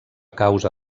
causa